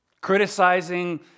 criticizing